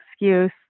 excuse